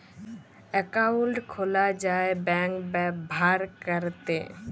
account খুলা যায় bank ব্যাভার ক্যরতে